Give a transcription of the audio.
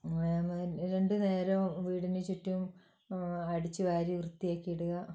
രണ്ട് നേരവും വീടിന് ചുറ്റും അടിച്ചുവാരി വൃത്തിയാക്കിയിടുക